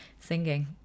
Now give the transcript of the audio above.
singing